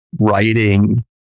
writing